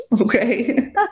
okay